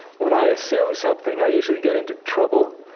when i assume something, i usually get into trouble.